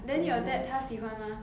then your dad 他喜欢吗